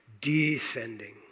descending